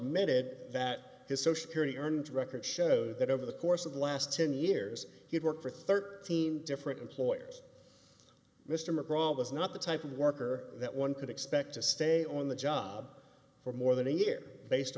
admitted that his social purity earned record shows that over the course of the last ten years he'd worked for thirteen different employers mr mcgraw was not the type of worker that one could expect to stay on the job for more than a year based